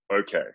okay